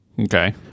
Okay